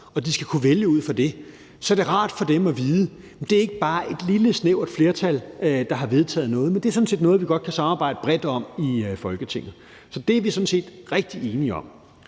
og de skal kunne vælge ud fra det, så er det rart for dem at vide, at det ikke bare er et lille snævert flertal, der har vedtaget noget, men at det sådan set er noget, vi godt kan samarbejde bredt om i Folketinget. Så det er vi sådan set rigtig enige om.